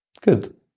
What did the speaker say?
Good